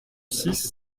six